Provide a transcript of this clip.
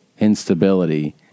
instability